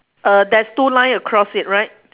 err there's two line across it right